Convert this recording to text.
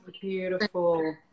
beautiful